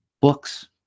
books